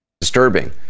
Disturbing